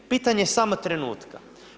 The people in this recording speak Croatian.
Pitanje je samo trenutka.